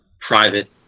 private